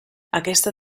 aquesta